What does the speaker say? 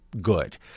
good